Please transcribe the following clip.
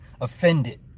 offended